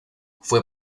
fue